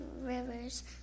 rivers